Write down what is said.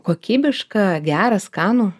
kokybišką gerą skanų